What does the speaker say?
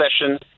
session